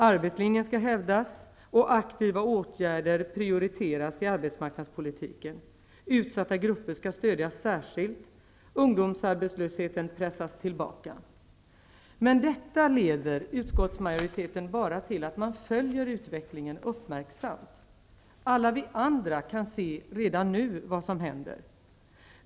''Arbetslinjen skall hävdas och aktiva åtgärder prioriteras i arbetsmarknadspolitiken. Utsatta grupper skall stödjas särskilt. Ungdomsarbetslösheten skall pressas tillbaka.'' Men detta leder bara till att utskottsmajoriteten vill följa utvecklingen uppmärksamt. Alla vi andra kan redan nu se vad som händer.